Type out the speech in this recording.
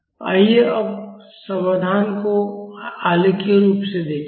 आइए अब समाधान को आलेखीय रूप से देखें